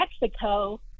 Mexico